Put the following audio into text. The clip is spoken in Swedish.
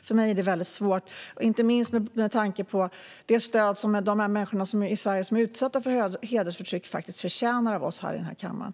För mig är det väldigt svårt, inte minst med tanke på det stöd som de människor i Sverige som är utsatta för hedersförtryck förtjänar av oss i den här kammaren.